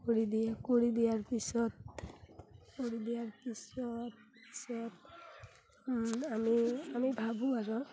কৰি দিয়ে কৰি দিয়াৰ পিছত কৰি দিয়াৰ পিছত পিছত আমি আমি ভাবোঁ আৰু